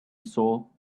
saw